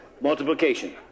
multiplication